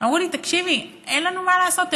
ואמרו לי: תקשיבי, אין לנו מה לעשות.